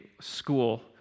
school